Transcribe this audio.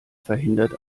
verhindert